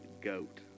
goat